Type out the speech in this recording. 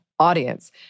audience